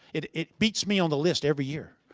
it it beats me on the list every year.